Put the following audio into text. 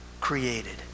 created